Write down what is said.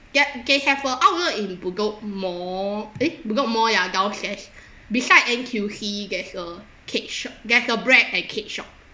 that they have a outlet in Bedok mall eh Bedok mall ya downstairs beside N_T_U_C there's a cake shop there's a bread and cake shop